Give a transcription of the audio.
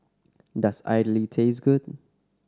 does idly taste good